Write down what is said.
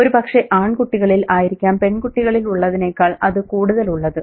ഒരു പക്ഷെ ആൺകുട്ടികളിൽ ആയിരിക്കാം പെൺകുട്ടികളിൽ ഉള്ളതിനേക്കാൾ ഇത് കൂടുതൽ ഉള്ളത്